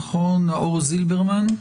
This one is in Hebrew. נאור זילברמן,